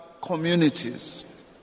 communities